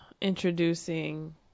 introducing